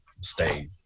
stay